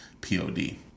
P-O-D